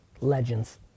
legends